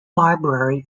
library